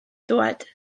dywed